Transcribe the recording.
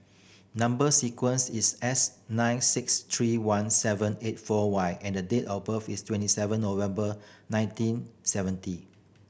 number sequence is S nine six three one seven eight four Y and the date of birth is twenty seven November nineteen seventy